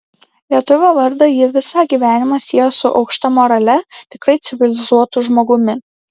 lietuvio vardą ji visą gyvenimą siejo su aukšta morale tikrai civilizuotu žmogumi